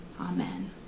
amen